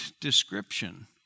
description